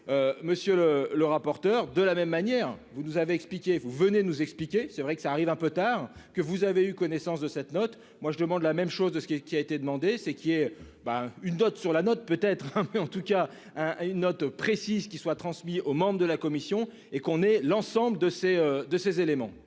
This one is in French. après. Monsieur le. Le rapporteur de la même manière, vous nous avez expliqué vous venez nous expliquer, c'est vrai que ça arrive un peu tard que vous avez eu connaissance de cette note. Moi, je demande la même chose de ce qui a été demandé, c'est qu'est ben une date sur la note peut être hein. En tout cas un une note précise qu'il soit transmis aux membres de la commission et qu'on ait l'ensemble de ses, de ses